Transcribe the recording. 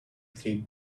they